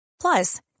Plus